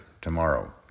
tomorrow